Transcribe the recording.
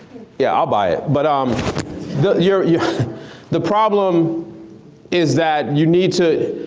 yeah i'll buy it. but um the yeah yeah the problem is that you need to,